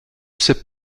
ses